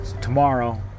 Tomorrow